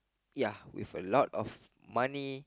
ya with a lot of money